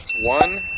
one,